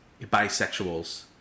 bisexuals